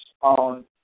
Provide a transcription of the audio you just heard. on